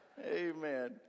amen